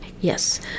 Yes